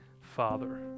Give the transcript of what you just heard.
Father